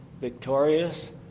victorious